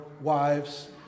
wives